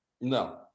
No